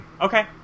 Okay